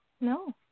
No